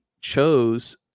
chose